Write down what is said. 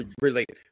related